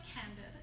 candid